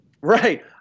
Right